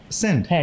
send